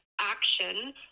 action –